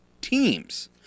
teams